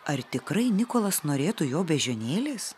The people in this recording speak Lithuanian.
ar tikrai nikolas norėtų jo beždžionėlės